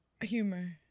Humor